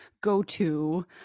go-to